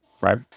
right